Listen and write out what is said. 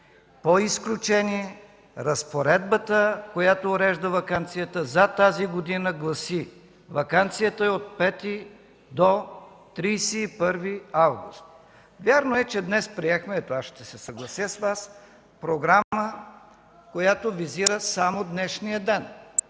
по изключение разпоредбата, която урежда ваканцията, за тази година гласи: „Ваканцията е от 5 до 31 август”. Вярно е, че днес приехме – ето, аз ще се съглася с Вас – програма, която визира само днешния ден.